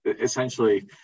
Essentially